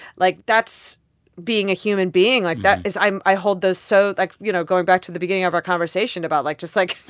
like, that's being a human being. like, that is i hold those so like, you know, going back to the beginning of our conversation about, like, just, like,